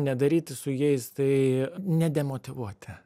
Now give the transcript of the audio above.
nedaryti su jais tai ne demotyvuoti